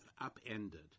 upended